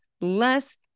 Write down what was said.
less